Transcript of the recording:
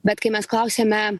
bet kai mes klausiame